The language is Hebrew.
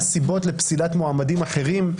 ומה הסיבות לפסילת מועמדים אחרים.